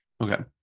Okay